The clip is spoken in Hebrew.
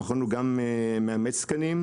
המכון הוא גם מאמץ תקנים,